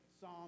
Psalm